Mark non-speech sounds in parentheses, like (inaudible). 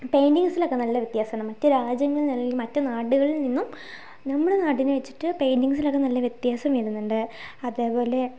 പെയിൻ്റിങ്ങ്സിലൊക്കെ നല്ല വ്യത്യാസമാണ് മറ്റു രാജ്യങ്ങളിൽ (unintelligible) മറ്റു നാടുകളിൽ നിന്നും നമ്മുടെ നാടിനെ വച്ചിട്ട് പെയിൻ്റിങ്ങ്സിലൊക്കെ നല്ല വ്യത്യാസം വരുന്നുണ്ട് അതേപോലെ